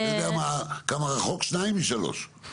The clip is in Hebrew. אתה יודע כמה רחוק שתיים משלוש.